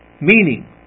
meaning